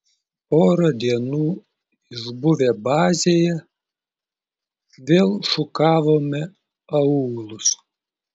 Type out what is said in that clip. porą dienų išbuvę bazėje vėl šukavome aūlus